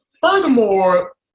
Furthermore